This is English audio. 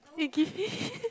you give